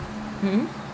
mmhmm